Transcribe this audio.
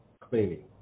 cleaning